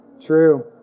True